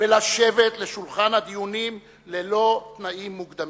ולשבת לשולחן הדיונים ללא תנאים מוקדמים.